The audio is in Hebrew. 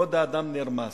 שכבוד האדם נרמס,